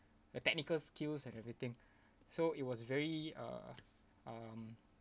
the technical skills and everything so it was very uh um